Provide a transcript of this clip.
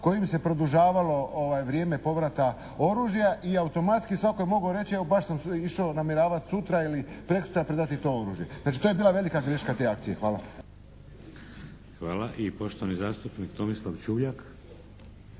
kojim se produžavalo vrijeme povrata oružja i automatski svatko je mogao reći evo baš sam išao namjeravati sutra ili preksutra predati to oružje. Znači to je bila velika greška te akcije. Hvala. **Šeks, Vladimir (HDZ)** Hvala. I poštovani zastupnik Tomislav Čuljak.